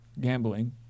gambling